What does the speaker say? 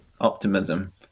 optimism